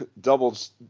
doubles